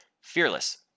Fearless